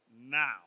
now